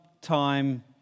time